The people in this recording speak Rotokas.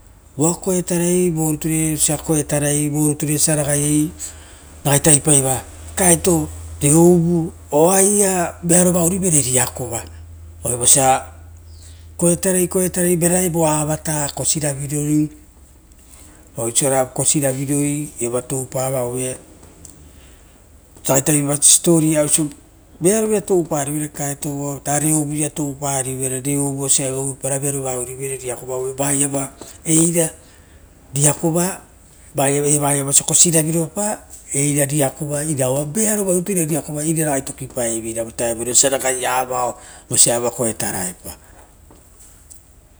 Voa koetarai, voakoetarai voruture osa raagai tavipaiva oso kakaeto reouvu oaia vearova ourivere riakova. Oire voso koetara, koetara vo avata, koiravioroi, oisora kosiravioroi evo a toupasa aue oire tataira siposipoeva oisio vearovira toupari vere kakaeto ra reouvuia touparivere iu vosia vearova ourivere riakova iri a riakova, vaia va eira evaiava osa kosiraviropa era riakova vearovarutu eira ina ouavora ira ragai toki paevera vo vutaiare osa ragaila vaoia koetaraepa.